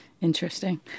Interesting